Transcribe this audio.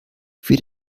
für